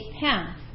path